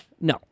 No